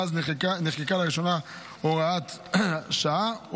מאז נחקקה לראשונה הוראת השעה,